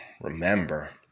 remember